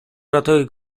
uratuje